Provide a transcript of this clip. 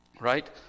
right